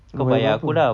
kau bayar berapa